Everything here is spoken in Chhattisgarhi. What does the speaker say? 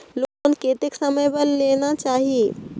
लोन कतेक समय बर लेना चाही?